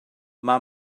mae